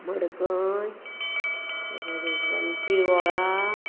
मडकय तेच्या फाटल्यान पिरवोळ्या